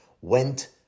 went